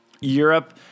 Europe